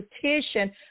petition